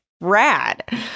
rad